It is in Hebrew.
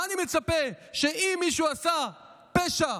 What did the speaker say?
שאם מישהו עשה פשע,